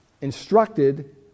instructed